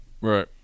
Right